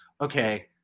okay